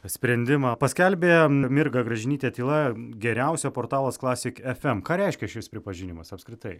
sprendimą paskelbė mirga gražinytė tyla geriausia portalas classic fm ką reiškia šis pripažinimas apskritai